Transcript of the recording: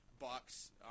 bucks